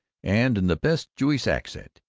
and, in the best jewish accent,